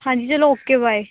ਹਾਂਜੀ ਚਲੋ okay bye